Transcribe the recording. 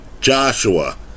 Joshua